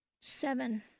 Seven